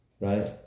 right